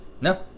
No